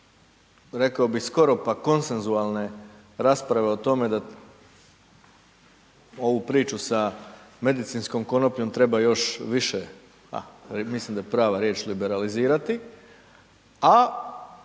rekao bi skoro pa konsenzualne rasprave o tome da ovu priču sa medicinskom konopljom treba još više, a mislim da je prava riječ liberalizirati,